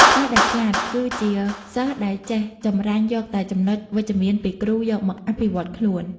សិស្សដែលឆ្លាត គឺជាសិស្សដែលចេះចម្រាញ់យកតែចំណុចវិជ្ជមានពីគ្រូយកមកអភិវឌ្ឍខ្លួន។